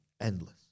endless